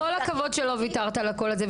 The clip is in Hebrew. כל הכבוד שלא ויתרת על הקול הזה,